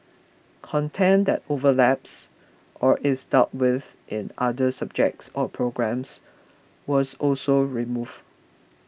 content that overlaps or is dealt with in other subjects or programmes was also removed